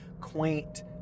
quaint